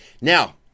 Now